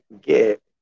get